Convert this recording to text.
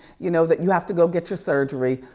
you know, that you have to go get your surgery,